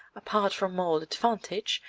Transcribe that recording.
apart from all advantage,